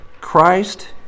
Christ